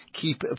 keep